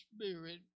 Spirit